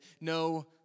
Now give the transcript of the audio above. no